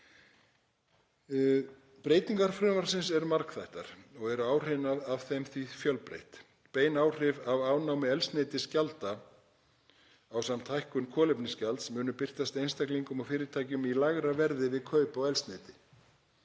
Breytingar frumvarpsins eru margþættar og eru áhrifin af þeim því fjölbreytt. Bein áhrif af afnámi eldsneytisgjalda ásamt hækkun kolefnisgjalds munu birtast einstaklingum og fyrirtækjum í lægra verði við kaup á eldsneyti,